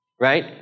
right